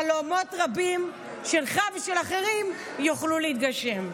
חלומות רבים שלך ושל אחרים יוכלו להתגשם.